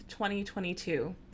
2022